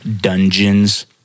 dungeons